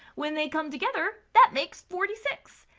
when they come together that makes forty six.